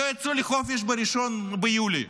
לא יצאו לחופש ב-1 ביולי.